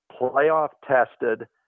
playoff-tested